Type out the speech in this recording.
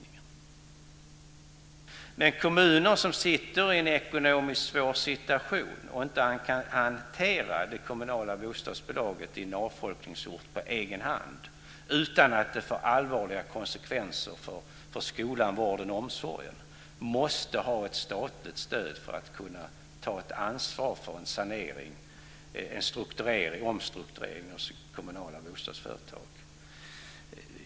Kommuner i en avfolkningsbygd som befinner sig i en ekonomiskt svår situation och inte kan hantera det kommunala bostadsbidraget på egen hand utan att det får allvarliga konsekvenser för skolan, vården och omsorgen måste ha ett statligt stöd för att kunna ta ett ansvar för en sanering och omstrukturering av sitt kommunala bostadsföretag.